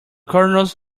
kernels